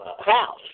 House